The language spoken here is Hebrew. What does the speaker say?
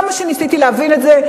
כמה שניסיתי להבין את זה,